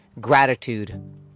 gratitude